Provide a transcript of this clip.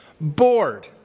bored